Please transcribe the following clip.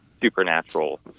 supernatural